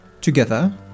together